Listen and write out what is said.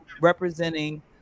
representing